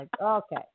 Okay